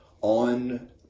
on